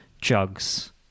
jugs